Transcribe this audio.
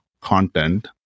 content